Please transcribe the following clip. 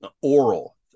oral